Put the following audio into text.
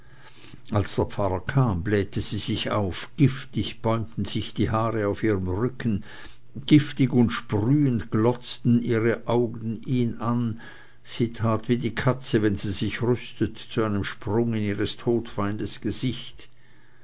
als der pfarrer kam blähte sie sich auf giftig bäumten sich die haare auf ihrem rücken giftig und sprühend glotzten ihre augen ihn an sie tat wie die katze wenn sie sich rüstet zu einem sprung in ihres todfeindes gesicht